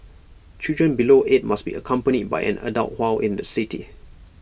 children below eight must be accompanied by an adult while in the city